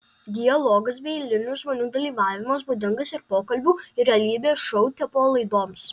dialogas bei eilinių žmonių dalyvavimas būdingas ir pokalbių ir realybės šou tipo laidoms